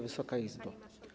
Wysoka Izbo!